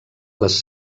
les